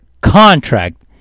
contract